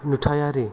नुथायारि